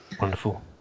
Wonderful